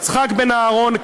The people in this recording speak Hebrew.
יצחק בן אהרון.